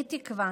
אני תקווה